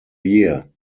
year